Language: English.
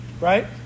right